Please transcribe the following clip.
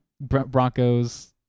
Broncos